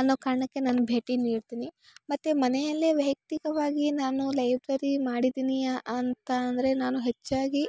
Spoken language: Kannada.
ಅನ್ನೋ ಕಾರಣಕ್ಕೆ ನಾನು ಭೇಟಿ ನೀಡ್ತಿನಿ ಮತ್ತು ಮನೆಯಲ್ಲೇ ವೈಯಕ್ತಿಕವಾಗಿ ನಾನು ಲೈಬ್ರರಿ ಮಾಡಿದಿನಿ ಅಂತ ಅಂದರೆ ನಾನು ಹೆಚ್ಚಾಗಿ